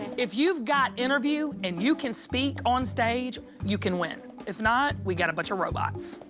if you've got interview and you can speak onstage, you can win. if not, we got a bunch of robots.